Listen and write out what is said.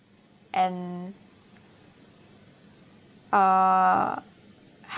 and uh